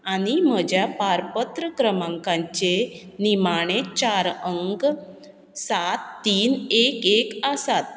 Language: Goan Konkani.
आनी म्हज्या पारपत्र क्रमांकांचे निमाणे चार अंक सात तीन एक एक आसात